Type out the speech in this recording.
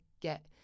get